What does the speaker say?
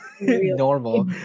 Normal